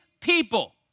people